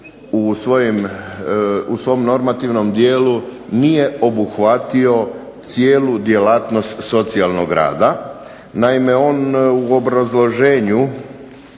u svom normativnom dijelu nije obuhvatio cijelu djelatnost socijalnog rada. Naime, on u obrazloženju